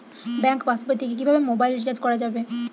Bank পাশবই থেকে কিভাবে মোবাইল রিচার্জ করা যাবে?